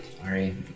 sorry